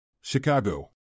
Chicago